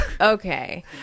Okay